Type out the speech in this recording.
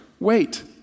Wait